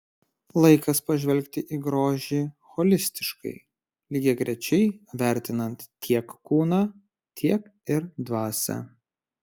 laikas pažvelgti į grožį holistiškai lygiagrečiai vertinant tiek kūną tiek ir dvasią